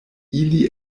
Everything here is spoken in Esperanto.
ili